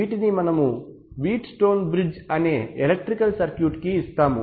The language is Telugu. వీటిని మనము వీట్ స్టోన్ బ్రిడ్జ్ అనే ఎలెక్ట్రికల్ సర్క్యూట్ కి ఇస్తాము